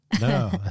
No